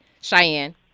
Cheyenne